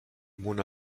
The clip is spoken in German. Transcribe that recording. mona